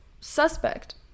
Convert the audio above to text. suspect